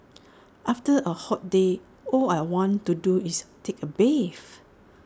after A hot day all I want to do is take A bath